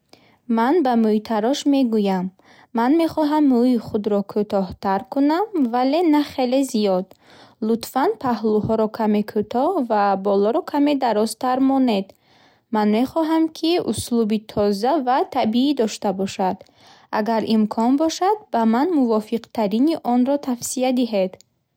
Ман ба мӯйтарош мегӯям: “Ман мехоҳам мӯйи худро кӯтоҳтар кунам, вале на хеле зиёд. Лутфан паҳлӯҳоро каме кӯтоҳ ва болоро каме дарозтар монед. Ман мехоҳам, ки услуби тоза ва табиӣ дошта бошад. Агар имкон бошад, ба ман мувофиқтарини онро тавсия диҳед.